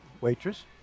waitress